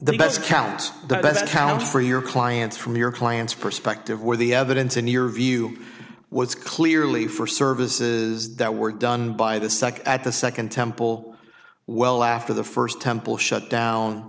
the best account that's how for your clients from your client's perspective where the evidence in your view was clearly for services that were done by the second at the second temple well after the first temple shut down